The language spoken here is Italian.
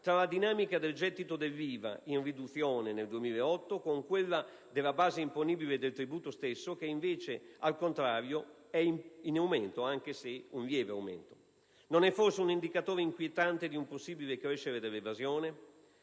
tra la dinamica del gettito dell'IVA (in riduzione nel 2008) con quella della base imponibile del tributo stesso che invece, per converso, è in aumento, seppur lieve. Non è questo un indicatore inquietante di un possibile crescere dell'evasione?